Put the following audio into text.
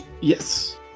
Yes